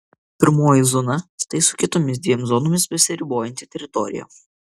pirmoji zona tai su kitomis dviem zonomis besiribojanti teritorija